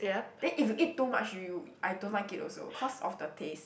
then if you eat too much you I don't like it also cause of the taste